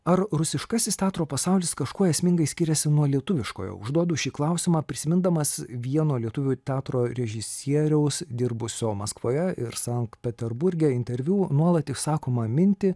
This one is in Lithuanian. ar rusiškasis teatro pasaulis kažkuo esmingai skiriasi nuo lietuviškojo užduodu šį klausimą prisimindamas vieno lietuvių teatro režisieriaus dirbusio maskvoje ir sankt peterburge interviu nuolat išsakomą mintį